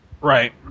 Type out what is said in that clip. Right